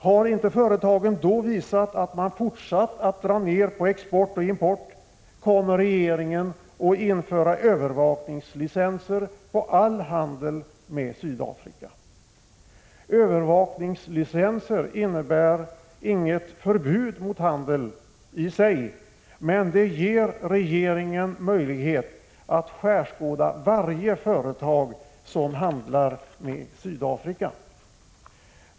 Har inte företagen då visat att de har fortsatt att dra ned på export och import, kommer regeringen — Prot. 1985/86:140 att införa övervakningslicenser på all handel med Sydafrika. Övervakningsli 14 maj 1986 censer innebär inget förbud mot handel i sig, men det ger regeringen möjlighet att skärskåda varje företag som handlar med Sydafrika.